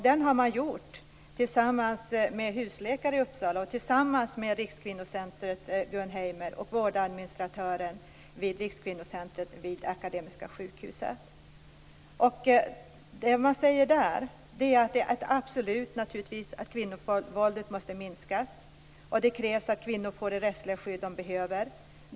Den har gjorts tillsammans med husläkare i Uppsala, Gun Heimer och vårdadministratörer vid Rikskvinnocentrum vid Akademiska sjukhuset. Det framgår att kvinnovåldet måste minskas. Det krävs att kvinnor får det rättsliga skydd de behöver.